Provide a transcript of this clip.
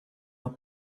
are